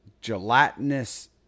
gelatinous